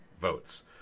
votes